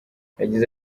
yagize